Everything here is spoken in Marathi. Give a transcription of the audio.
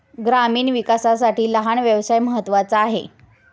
ग्रामीण विकासासाठी लहान व्यवसाय महत्त्वाचा आहे